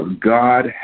God